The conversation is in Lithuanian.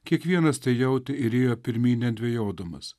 kiekvienas tai jautė ir ėjo pirmyn nedvejodamas